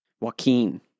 Joaquin